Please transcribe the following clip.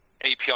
API